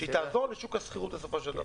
שתעזור לשוק השכירות בסופו של דבר.